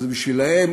אז בשבילם,